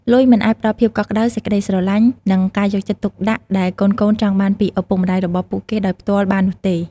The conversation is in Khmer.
លុយមិនអាចផ្តល់ភាពកក់ក្ដៅ សេចក្ដីស្រឡាញ់ និងការយកចិត្តទុកដាក់ដែលកូនៗចង់បានពីឪពុកម្ដាយរបស់ពួកគេដោយផ្ទាល់បាននោះទេ។